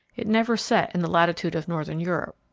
it never set in the latitude of northern europe.